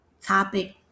topic